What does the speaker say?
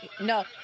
No